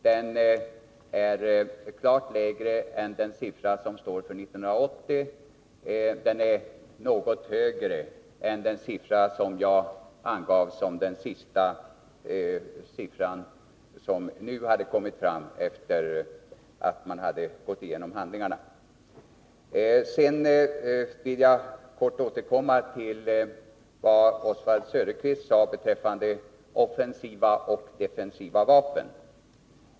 Den är klart lägre än den siffra som står för 1980. Den är något högre än den nya siffra som kommit fram efter det att man hade gått igenom handlingarna för 1981. Sedan vill jag kort återkomma till vad Oswald Söderqvist sade beträffande offensiva och defensiva vapen.